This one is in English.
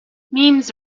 memes